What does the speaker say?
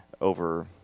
over